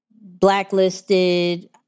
Blacklisted